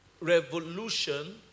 revolution